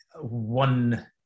one